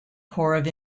corps